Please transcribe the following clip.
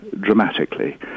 Dramatically